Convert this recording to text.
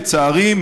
לצערי,